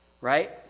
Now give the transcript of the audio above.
right